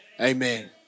amen